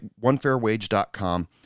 onefairwage.com